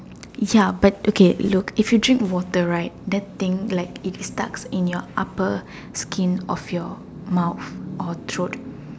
ya but okay look if you drink water right that thing is like stuck in your upper skin of your mouth or throat